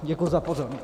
Děkuji za pozornost.